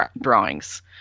drawings